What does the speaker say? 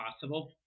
possible